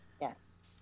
Yes